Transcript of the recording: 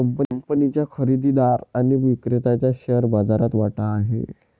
कंपनीच्या खरेदीदार आणि विक्रेत्याचा शेअर बाजारात वाटा आहे